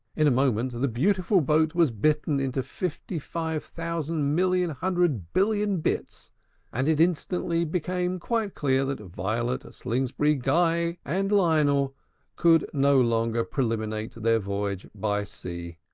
in a moment, the beautiful boat was bitten into fifty-five thousand million hundred billion bits and it instantly became quite clear that violet, slingsby, guy, and lionel could no longer preliminate their voyage by sea.